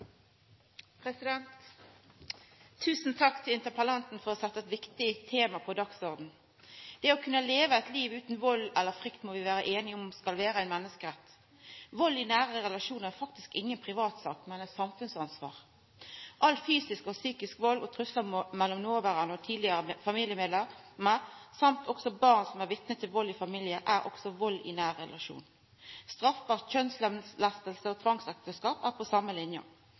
relasjonar. Tusen takk til interpellanten for å setja eit viktig tema på dagsordenen. Det å kunna leva eit liv utan vald eller frykt må vi vera einige om skal vera ein menneskerett. Vald i nære relasjonar er faktisk inga privatsak, men eit samfunnsansvar. All fysisk og psykisk vald og truslar mellom noverande og tidlegare familiemedlemmer og barn som er vitne til vald i familien, er òg vald i nær relasjon. Straffbar kjønnslemlesting og tvangsekteskap er på same